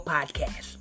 Podcast